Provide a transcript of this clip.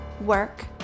work